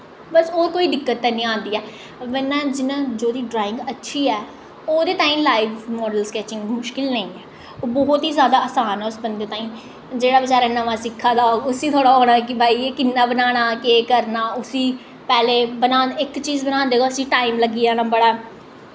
बस होर कोई दिक्कत ते नेईं आंदी ऐ जेह्दी ड्राईंग अच्छी ऐ ओह्दे तांई लाईव मॉडल स्कैचिंग मुश्कल नेईंं ऐ ओह् बौह्त ही आसान ऐ उस बंदे तांईं जेह्ड़ा बचैरा नमां सिक्खा दा होग उस्सी थोह्ड़ा होना भाई कि'यां बनाना केह् करना उस्सी इक चीज बनांदे गै उसी टाईम लग्गी जाना बड़ा